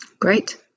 Great